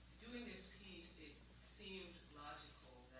doing this piece it seemed logical